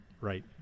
Right